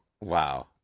Wow